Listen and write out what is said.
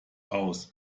aus